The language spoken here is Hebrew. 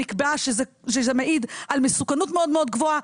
נקבע שזה מעיד על מסוכנות מאוד מאוד גבוהה.